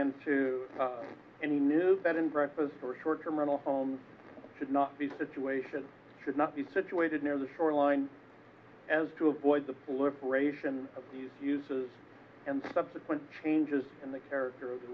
into any new bed in breakfast or short term rental homes should not the situation should not be situated near the shoreline as to avoid the political ration of these uses and subsequent changes in the character of the